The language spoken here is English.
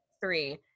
three